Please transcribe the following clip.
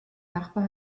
nachbar